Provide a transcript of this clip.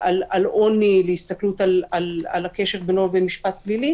עוני, על הקשר בינו ובין משפט פלילי